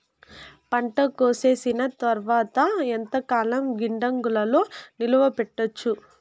పంట కోసేసిన తర్వాత ఎంతకాలం గిడ్డంగులలో నిలువ పెట్టొచ్చు?